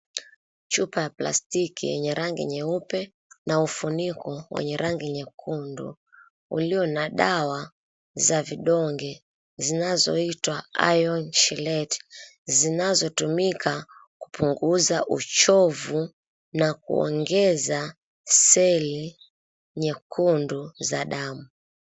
Chupa ya plastiki kwenye rangi nyeupe na ufuniko wenye rangi nyekundu, ulio na dawa za vidonge zinazoitwa, Iron Chelate, zinazotumika kupunguza uchovu na kuongeza seli nyekundu za damu.